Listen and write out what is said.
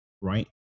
right